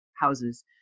houses